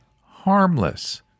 harmless